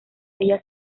ella